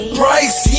price